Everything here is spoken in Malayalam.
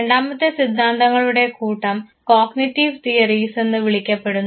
രണ്ടാമത്തെ സിദ്ധാന്തങ്ങളുടെ കൂട്ടം കോഗ്നിറ്റീവ് തിയറീസ് എന്ന് വിളിക്കപ്പെടുന്നു